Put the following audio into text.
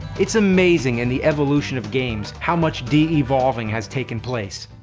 it's amazing in the evolution of games, how much de-evolving has taken place.